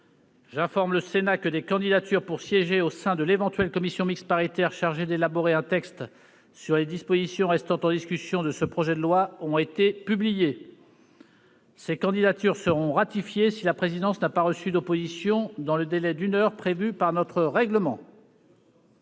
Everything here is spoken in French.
J'informe le Sénat que des candidatures pour siéger au sein de l'éventuelle commission mixte paritaire chargée d'élaborer un texte sur les dispositions restant en discussion de ce projet de loi ont été publiées. Ces candidatures seront ratifiées si la présidence n'a pas reçu d'opposition dans le délai d'une heure prévu par le règlement.